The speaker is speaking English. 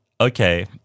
okay